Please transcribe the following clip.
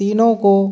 तीनों को